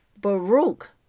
Baruch